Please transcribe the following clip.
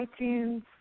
iTunes